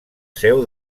seu